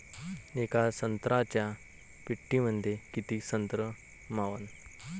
येका संत्र्याच्या पेटीमंदी किती संत्र मावन?